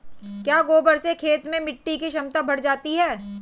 क्या गोबर से खेत में मिटी की क्षमता बढ़ जाती है?